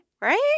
right